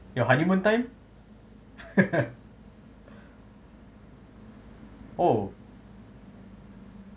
your honeymoon time oh